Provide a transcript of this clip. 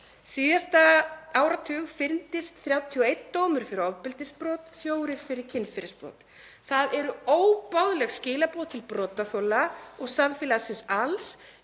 Síðasta áratug fyrndist 31 dómur fyrir ofbeldisbrot, fjórir fyrir kynferðisbrot. Það eru óboðleg skilaboð til brotaþola og samfélagsins alls,